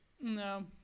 no